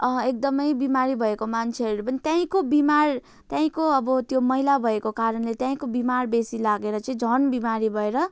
एकदमै बिमारी भएको मान्छेहरू पनि त्यहीँको बिमार त्यहीँको अब त्यो मैला भएको कारणले त्यहीँको बिमार बेसी लागेर चाहिँ झन् बिमारी भएर